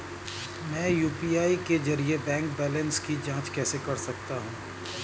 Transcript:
मैं यू.पी.आई के जरिए अपने बैंक बैलेंस की जाँच कैसे कर सकता हूँ?